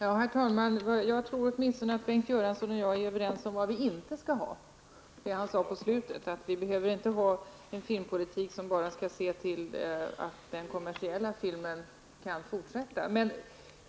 Herr talman! Jag tror att Bengt Göransson och jag är överens om åtminstone vad vi inte skall ha. Jag syftar på det som han sade på slutet av sitt anförande, nämligen att vi inte behöver en filmpolitik som bara skall se till att den kommersiella filmen kan fortsätta att produceras.